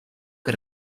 que